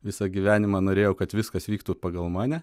visą gyvenimą norėjau kad viskas vyktų pagal mane